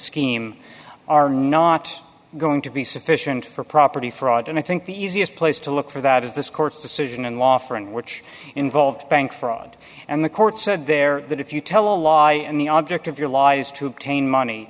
scheme are not going to be sufficient for property fraud and i think the easiest place to look for that is this court's decision in law for and which involved bank fraud and the court said there that if you tell a lie and the object of your life is to obtain money